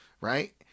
right